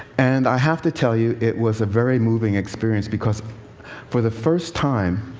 and i have to tell you, it was a very moving experience, because for the first time,